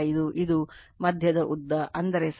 5 ಇದು ಮಧ್ಯದ ಉದ್ದ ಅಂದರೆ ಸರಾಸರಿ ಎತ್ತರ 8